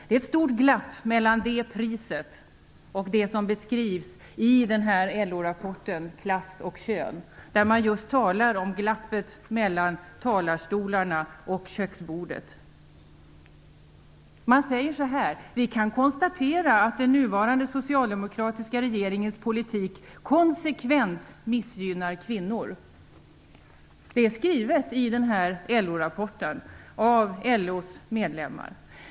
Det är ett stort glapp mellan det priset och det som beskrivs i LO-rapporten Klass och kön där man talar just om glappet mellan talarstolarna och köksbordet. Man säger: Vi kan konstatera att den nuvarande socialdemokratiska regeringens politik konsekvent missgynnar kvinnor. Det är skrivet i LO rapporten av LO:s medlemmar.